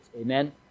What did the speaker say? amen